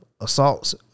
assaults